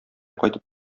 кайтып